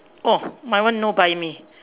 oh my one no buy me